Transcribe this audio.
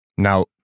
Now